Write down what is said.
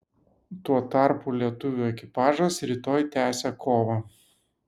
tuo tarpu lietuvių ekipažas rytoj tęsia kovą